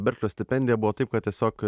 berklio stipendija buvo taip kad tiesiog